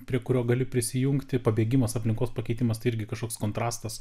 prie kurio gali prisijungti pabėgimas aplinkos pakeitimas tai irgi kažkoks kontrastas